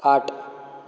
थाट